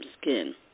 skin